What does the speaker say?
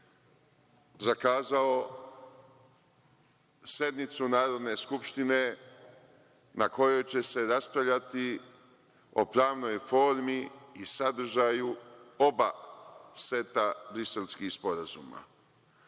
zakazao sednicu Narodne skupštine na kojoj će se raspravljati o pravnoj formi i sadržaju oba seta Briselskih sporazuma. Predsednik